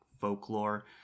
folklore